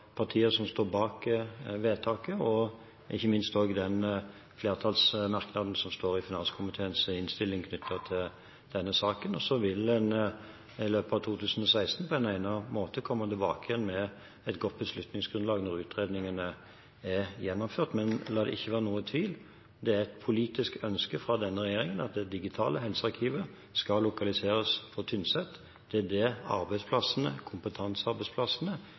partier som står bak vedtaket, og ikke minst flertallsmerknaden som står i finanskomiteens innstilling knyttet til denne saken. Så vil en i løpet av 2016 på en egnet måte komme tilbake med et godt beslutningsgrunnlag når utredningen er gjennomført. Men la det ikke være noen tvil: Det er et politisk ønske fra denne regjeringen at det digitale helsearkivet skal lokaliseres på Tynset. Det er dette arbeidsplassene – kompetansearbeidsplassene – er knyttet til, og det